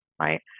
right